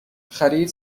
خرید